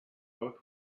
both